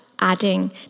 adding